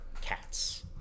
Cats